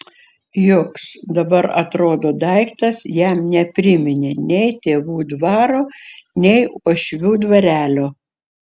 joks dabar atrodo daiktas jam nepriminė nei tėvų dvaro nei uošvių dvarelio